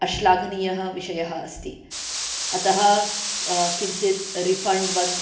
अश्लाघनीयःविषयः अस्ति अतः किञ्चित् रिफ़ण्ड्वत्